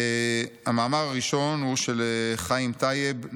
המאמר הראשון הוא של חיים טייב,